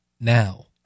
now